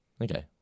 Okay